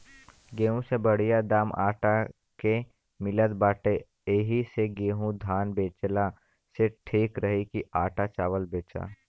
गेंहू से बढ़िया दाम आटा के मिलत बाटे एही से गेंहू धान बेचला से ठीक रही की आटा चावल बेचा